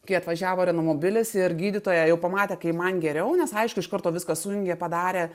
kai atvažiavo renomobilis ir gydytoja jau pamatė kai man geriau nes aišku iš karto viską sujungė padarė